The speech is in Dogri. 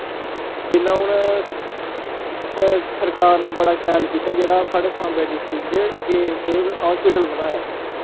जिन्ना हून सरकार ने बड़ा शैल कीता जेह्ड़ा साढ़े साम्बै डिस्ट्रिक च एम्स हास्पिटल बनाया